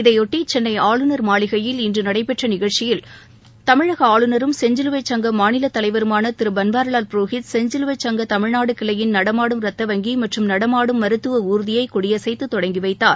இதையொட்டி சென்னை ஆளுநர் மாளிகையில் இன்று நடைபெற்ற நிகழ்ச்சியில் தமிழக ஆளுநரும் செஞ்சிலுவைச் சங்க மாநிலத் தலைவருமான திரு பன்வாரிவால் புரோஹித் செஞ்சிலுவை சங்க தமிழ்நாடு கிளையின் நடமாடும் ரத்த வங்கி மற்றும் நடமாடும் மருத்துவ ஊர்தியை கொடியசைத்து தொடங்கி வைத்தார்